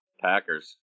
Packers